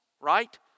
right